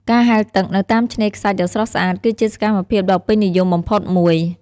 ការហែលទឹក នៅតាមឆ្នេរខ្សាច់ដ៏ស្រស់ស្អាតគឺជាសកម្មភាពដ៏ពេញនិយមបំផុតមួយ។